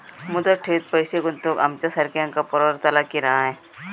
मुदत ठेवीत पैसे गुंतवक आमच्यासारख्यांका परवडतला की नाय?